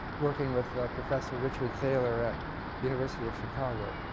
working with professor richard thaler at university of chicago.